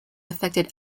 affected